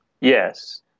Yes